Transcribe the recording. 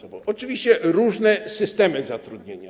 Oczywiście są różne systemy zatrudnienia.